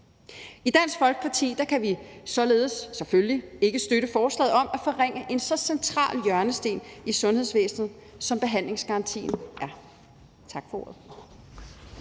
I Dansk Folkeparti kan vi således – selvfølgelig – ikke støtte forslaget om at forringe en så central hjørnesten i sundhedsvæsenet, som behandlingsgarantien er.